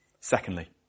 Secondly